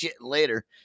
later